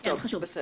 לא חשוב.